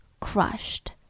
crushed